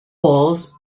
walls